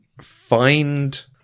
find